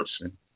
person